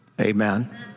Amen